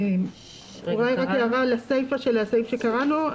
הערה לסיפא של הסעיף שקראנו.